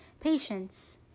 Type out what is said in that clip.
Patience